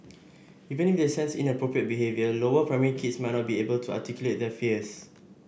even if they sense inappropriate behaviour lower primary kids might not be able to articulate their fears